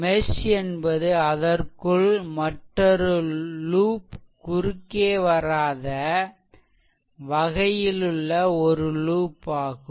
mesh என்பது அதற்குள் மற்றொரு லூப் குறுக்கே வராத வகையிலுள்ள ஒரு லூப் ஆகும்